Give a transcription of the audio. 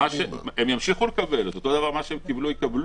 הם ימשיכו לקבל, הם יקבלו את אותו דבר שהם קיבלו.